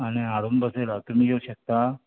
आनी हाडून बसयला तुमी येवं शकता